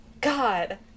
God